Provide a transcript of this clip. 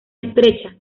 estrecha